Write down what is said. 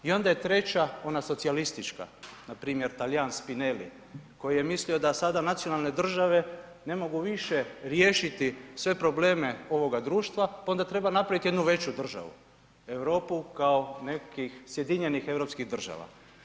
I onda je treća ona socijalistička npr. Talijan Spinelli koji je mislio da sada nacionalne države ne mogu više riješiti sve probleme ovoga društva pa onda treba napraviti jednu veću državu, Europu kao nekih sjedinjenih europskih država.